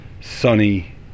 sunny